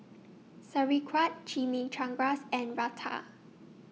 Sauerkraut Chimichangas and Raita